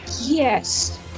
Yes